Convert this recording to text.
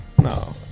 no